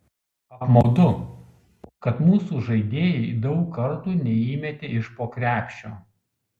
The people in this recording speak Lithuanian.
apmaudu kad mūsų žaidėjai daug kartų neįmetė iš po krepšio